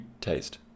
taste